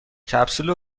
کپسول